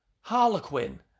Harlequin